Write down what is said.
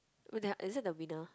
oh that one is it the winner